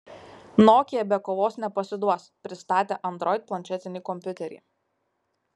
nokia be kovos nepasiduos pristatė android planšetinį kompiuterį